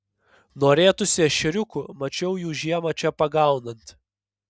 norėtųsi ešeriukų mačiau jų žiemą čia pagaunant